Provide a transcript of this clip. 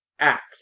Act